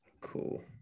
cool